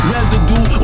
Residue